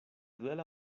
duela